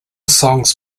songs